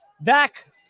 Back